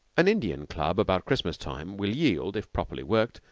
an indian club about christmas-time will yield, if properly worked,